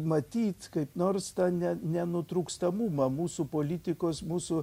matyt kaip nors tą ne nenutrūkstamumą mūsų politikos mūsų